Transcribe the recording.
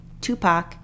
Tupac